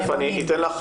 תיכף אני אתן לך.